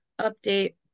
update